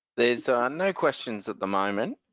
there's no questions at the moment.